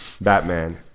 Batman